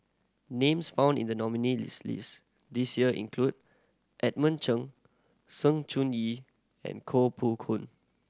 names found in the nominee list list this year include Edmund Cheng Sng Choon Yee and Koh Poh Koon